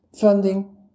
Funding